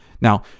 Now